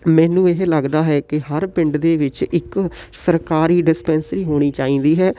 ਮੈਨੂੰ ਇਹ ਲੱਗਦਾ ਹੈ ਕਿ ਹਰ ਪਿੰਡ ਦੇ ਵਿੱਚ ਇੱਕ ਸਰਕਾਰੀ ਡਿਸਪੈਂਸਰੀ ਹੋਣੀ ਚਾਹੀਦੀ ਹੈ